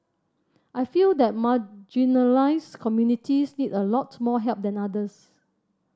I feel that marginalised communities need a lot more help than others